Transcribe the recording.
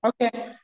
okay